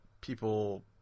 people